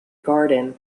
garden